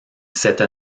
cette